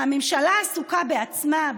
הממשלה עסוקה בעצמה,